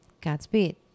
Godspeed